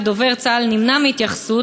ודובר צה"ל נמנע מהתייחסות.